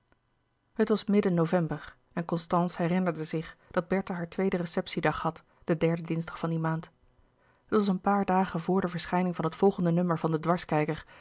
het was midden november en constance herinnerde zich dat bertha haar tweede receptie dag had den derden dinsdag van die maand het was een paar dagen voor de verschijning van het volgende nummer